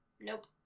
Nope